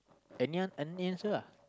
any any answer ah